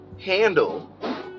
handle